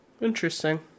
interesting